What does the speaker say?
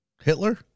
Hitler